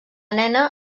nena